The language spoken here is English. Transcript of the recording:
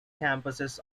campuses